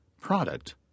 product